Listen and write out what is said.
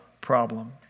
problem